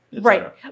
Right